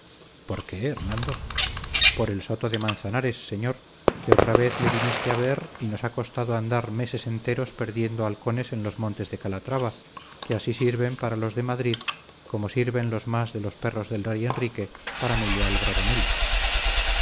qué hernando por el soto de manzanares señor que otra vez le viniste a ver y nos ha costado andar meses enteros perdiendo halcones en los montes de calatrava que así sirven para los de madrid como sirven los más de los perros del rey enrique